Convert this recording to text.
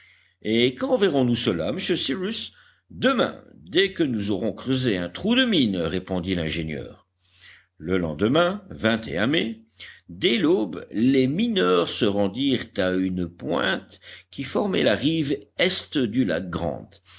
et quand verrons-nous cela monsieur cyrus demain dès que nous aurons creusé un trou de mine répondit l'ingénieur le lendemain mai dès l'aube les mineurs se rendirent à une pointe qui formait la rive est du lac grant